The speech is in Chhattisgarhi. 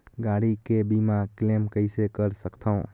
गाड़ी के बीमा क्लेम कइसे कर सकथव?